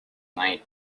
night